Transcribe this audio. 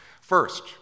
First